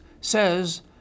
says